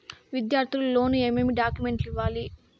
విద్యార్థులు లోను ఏమేమి డాక్యుమెంట్లు ఇవ్వాలి?